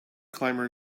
climber